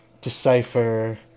decipher